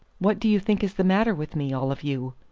what do you think is the matter with me, all of you?